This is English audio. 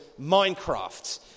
Minecraft